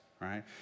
right